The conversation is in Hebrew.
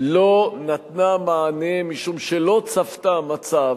לא נתנה מענה, משום שלא צפתה מצב